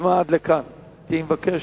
נשמע עד לכאן, אני מבקש,